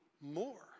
more